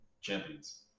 champions